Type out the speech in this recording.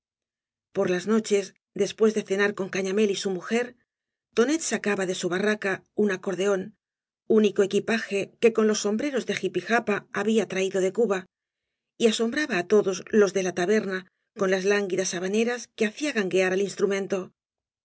por las noches después de cenar con cañamél y bu mujer tonet sacaba de su barraca un acordeón único equipaje que con los sombreros de jipijapa había traído de cuba y asombraba á todos los de la taberna con las lánguidas habaneras que hacía ganguear al instrumento